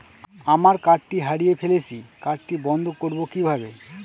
আমার কার্ডটি হারিয়ে ফেলেছি কার্ডটি বন্ধ করব কিভাবে?